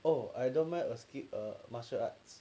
oh I don't mind err skipped err martial arts